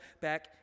back